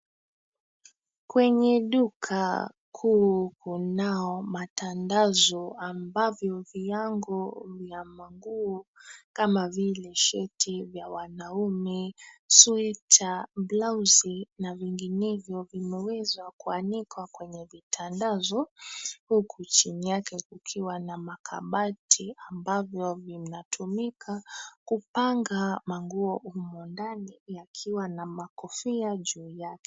Kwenye duka kuu kunao matandazo ambavyo viyango vya manguo kama vile sheti vya wanaume, sweta, blausi na venginevyo vimewezo kuanikwa kwenye vitandazo, huku chini yake kukiwa na makabati ambavyo vinatumika kupanga manguo humu ndani yakiwa na makofia juu yake.